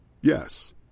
Yes